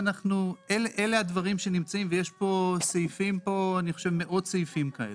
יש כאן סעיפים, אני חושב מאות סעיפים כאלה.